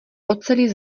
oceli